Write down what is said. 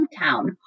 hometown